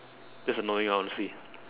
that's annoying lor honestly